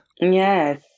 Yes